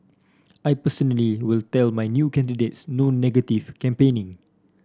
I personally will tell my new candidates no negative campaigning